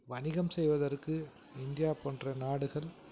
வணிகம் செய்வதற்கு இந்தியா போன்ற நாடுகள்